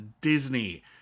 Disney